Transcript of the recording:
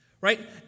right